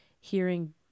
hearing